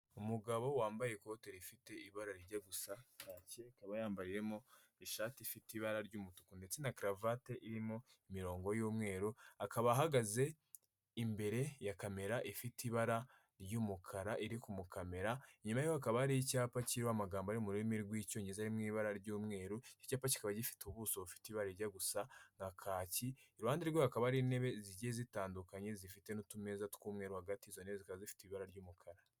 Umugabo wambaye ikote rifite ibara rijya gusa kake, akaba yambariyemo ishati ifite ibara ry'umutuku ndetse na karavate irimo imirongo y'umweru, akaba ahagaze imbere ya kamera ifite ibara ry'umukara iri kumukamera, inyuma yiwe hakaba hari icyapa kiriho amagambo ari mu rurimi rw'icyongereza ari mu ibara ry'umweru, iki cyapa kikaba gifite ubuso bufite ibarajya gusa nka kaki, iruhande rwe hakaba hari intebe zigiye zitandukanye zifite n'utumeza tw'umweru hagati, izo ntebe zikaba zifite ibara ry'umukara.